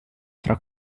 fra